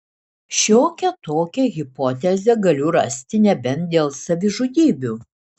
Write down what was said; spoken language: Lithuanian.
šiokią tokią hipotezę galiu rasti nebent dėl savižudybių